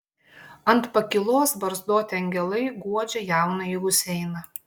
ant pakylos barzdoti angelai guodžia jaunąjį huseiną